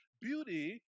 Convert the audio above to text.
beauty